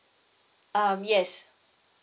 um yes